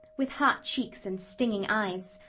with hot cheeks and stinging eyes.